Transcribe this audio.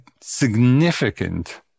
significant